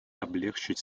облегчить